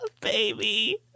baby